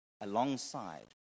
alongside